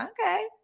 okay